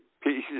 pieces